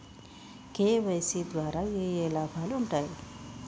KYC ద్వారా ఏఏ లాభాలు ఉంటాయి?